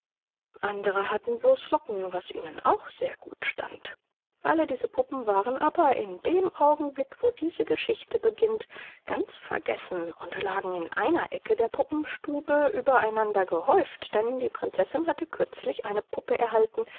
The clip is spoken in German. andere hatten blos locken was ihnen auch sehr gut stand alle diese puppen waren aber in dem augenblick wo diese geschichte beginnt ganz vergessen und lagen in einer ecke der puppenstube über einander gehäuft denn die prinzessin hatte kürzlich eine puppe erhalten